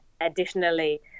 Additionally